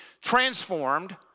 transformed